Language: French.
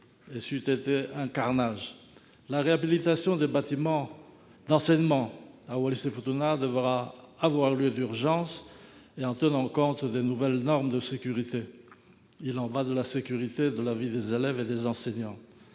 et c'eût été un carnage ! La réhabilitation des bâtiments d'enseignement à Wallis et à Futuna devra avoir lieu d'urgence, et en tenant compte des nouvelles normes de sécurité. Il y va de la sécurité et de la vie des élèves et des enseignants.